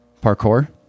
Parkour